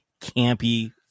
campy